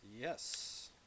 Yes